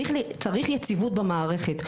צריך יציבות במערכת.